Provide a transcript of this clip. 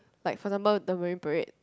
like for example the Marine-Parade